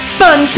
fun